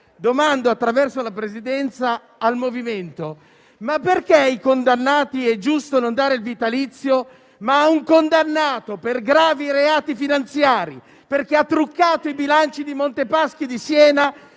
morale, attraverso la Presidenza al Movimento: perché ai condannati è giusto non dare il vitalizio, ma a un condannato per gravi reati finanziari, perché ha truccato i bilanci di Monte Paschi di Siena,